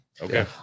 okay